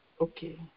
Okay